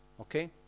Okay